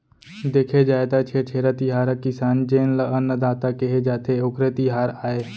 देखे जाए त छेरछेरा तिहार ह किसान जेन ल अन्नदाता केहे जाथे, ओखरे तिहार आय